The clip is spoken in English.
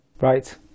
Right